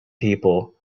people